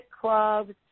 clubs